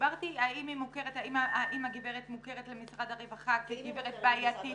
דיברתי האם הגברת מוכרת למשרד הרווחה כגברת בעייתית.